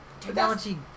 technology